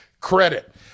credit